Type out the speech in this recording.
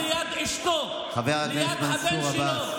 אבא נרצח ליד אשתו, ליד חבר שלו.